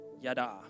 Yada